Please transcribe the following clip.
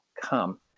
come